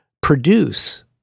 produce